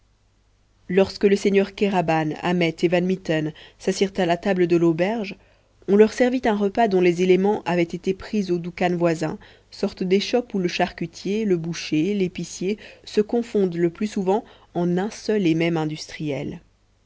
lorsque le seigneur kéraban ahmet et van mitten s'assirent a la table de l'auberge on leur servit un repas dont les éléments avaient été pris au doukhan voisin sorte d'échoppe où le charcutier le boucher l'épicier se confondent le plus souvent en un seul et mémo industriel